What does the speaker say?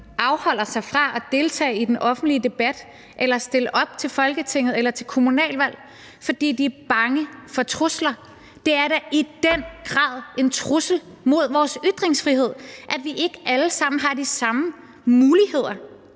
afholder sig fra at deltage i den offentlige debat eller stille op til Folketinget eller til kommunalvalg, fordi de er bange for trusler. Det er da i den grad en trussel mod vores ytringsfrihed, at vi ikke alle sammen har de samme muligheder